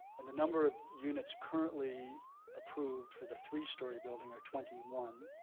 and the number of units currently approved for the three story building are twenty one.